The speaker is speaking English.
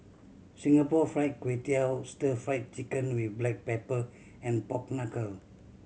Singapore Fried Kway Tiao Stir Fried Chicken with black pepper and pork knuckle